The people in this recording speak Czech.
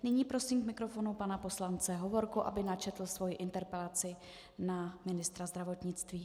Nyní prosím k mikrofonu pana poslance Hovorku, aby načetl svoji interpelaci na ministra zdravotnictví.